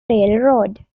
railroad